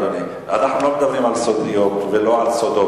אדוני, אנחנו לא מדברים על סודיות ולא על סודות.